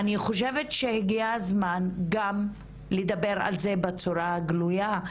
אני חושבת שהגיע הזמן גם לדבר על זה בצורה גלויה,